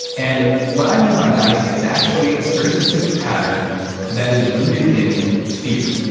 and what i mean by nice is actually a very specific pattern that is rooted in fear.